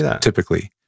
Typically